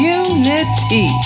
unity